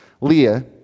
Leah